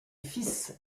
fils